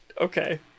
Okay